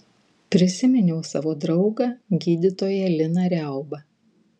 prisiminiau savo draugą gydytoją liną riaubą